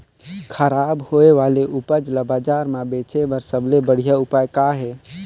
खराब होए वाले उपज ल बाजार म बेचे बर सबले बढ़िया उपाय का हे?